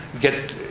get